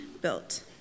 built